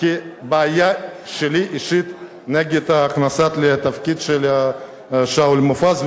כבעיה אישית שלי נגד הכנסתו לתפקיד של שאול מופז,